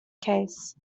case